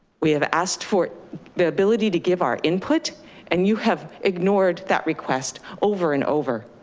we have asked for the ability to give our input and you have ignored that request over and over.